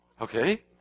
Okay